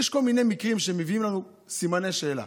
יש כל מיני מקרים שמביאים לסימני שאלה.